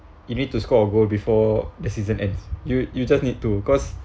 you need to score a goal before the season ends you you just need to cause